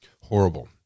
Horrible